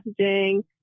messaging